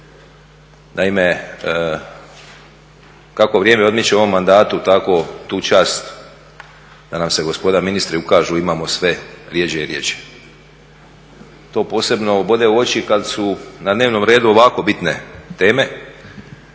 Naime, kako vrijeme odmiče u ovom mandatu tako tu čast da nama se gospoda ministri ukažu imamo sve rjeđe i rjeđe. To posebno bode u oči kad su na dnevnom redu ovako bitne teme.